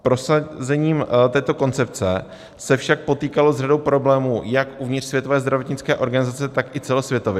Prosazení této koncepce se však potýkalo s řadou problémů jak uvnitř Světové zdravotnické organizace, tak i celosvětově.